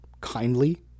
kindly